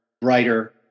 brighter